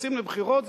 נכנסים לבחירות,